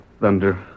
thunder